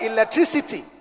Electricity